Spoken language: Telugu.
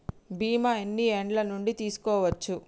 బీమా ఎన్ని ఏండ్ల నుండి తీసుకోవచ్చు?